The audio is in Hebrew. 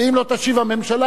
ואם לא תשיב הממשלה,